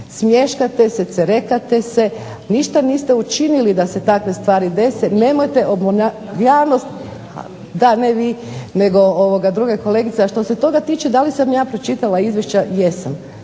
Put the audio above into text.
Smješkate se, cerekate se, ništa niste učinili da se takve stvari dese. Nemojte javnost, da ne vi nego druga kolegica. A što se toga tiče da li sam ja pročitala izvješće? Jesam